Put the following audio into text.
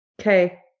Okay